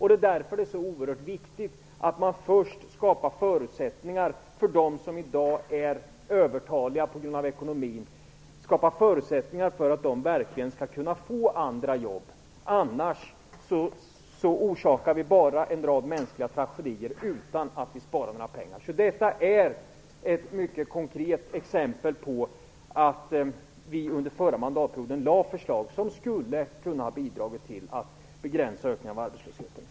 Det är därför det är så oerhört viktigt att man först skapar förutsättningar så att de som i dag är övertaliga på grund av ekonomin verkligen skall kunna få andra jobb. Annars orsakar vi bara en rad mänskliga tragedier utan att spara några pengar. Detta är alltså ett mycket konkret exempel på att vi under förra mandatperioden lade fram förslag som skulle kunna ha bidragit till att begränsa ökningen av arbetslösheten.